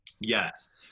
Yes